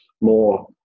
more